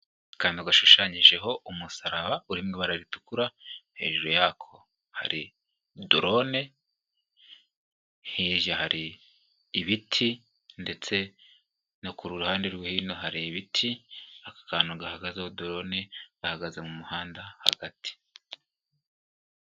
Akantu gashushanyijeho umusaraba, uri mu ibara ritukura, hejuru yako hari dorone, hirya hari ibiti, ndetse no ku ruhande rwo hino, hari ibiti, aka kantu gahagazeho dorone, gahagaze mu muhanda hagati.